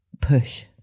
push